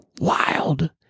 wild